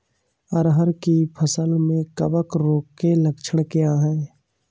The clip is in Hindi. अरहर की फसल में कवक रोग के लक्षण क्या है?